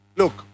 look